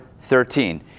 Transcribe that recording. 13